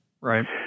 right